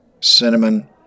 cinnamon